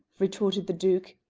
retorted the duke,